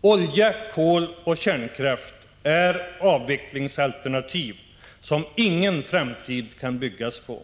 Olja, kol och kärnkraft är ”avvecklingsalternativ” som ingen framtid kan byggas på.